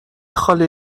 خاله